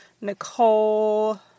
Nicole